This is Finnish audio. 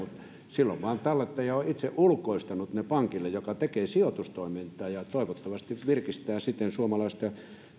silloin tallettaja vain on itse ulkoistanut ne pankille joka tekee sijoitustoimintaa ja toivottavasti virkistää siten suomalaista